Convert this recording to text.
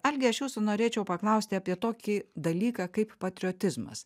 algi aš jūsų norėčiau paklausti apie tokį dalyką kaip patriotizmas